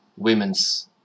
women's